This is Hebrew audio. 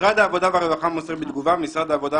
משרד העבודה והרווחה מוסר בתגובה: "משרד העבודה